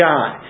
God